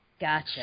Gotcha